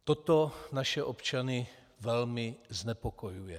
Toto naše občany velmi znepokojuje.